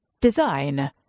Design